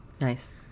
Nice